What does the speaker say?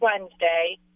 Wednesday